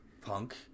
Punk